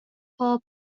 paw